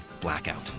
blackout